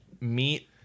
meet